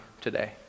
today